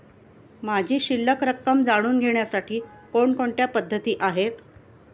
माझी शिल्लक रक्कम जाणून घेण्यासाठी कोणकोणत्या पद्धती आहेत?